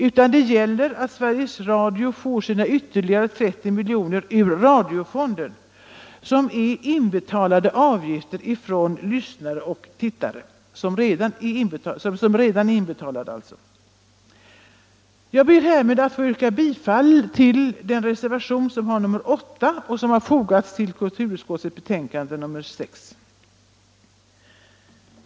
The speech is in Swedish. Det är fråga om att ge Sveriges Radio ytterligare 30 miljoner ur radiofonden, som består av tittarnas och lyssnarnas redan inbetalade avgifter. Jag ber härmed att få yrka bifall till reservationen 8 i kulturutskottets betänkande nr 6.